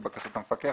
לבקשת המפקח,